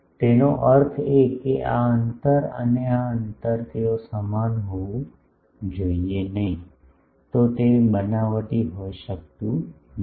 તેનો અર્થ એ કે આ અંતર અને આ અંતર તેઓ સમાન હોવું જોઈએ નહીં તો તે બનાવટી હોઈ શકાતું નથી